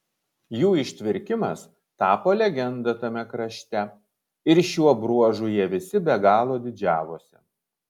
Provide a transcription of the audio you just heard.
jų ištvirkimas tapo legenda tame krašte ir šiuo bruožu jie visi be galo didžiavosi